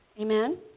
Amen